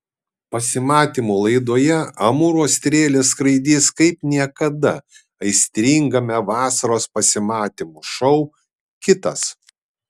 pasimatymų laidoje amūro strėlės skraidys kaip niekada aistringame vasaros pasimatymų šou kitas